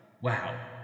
Wow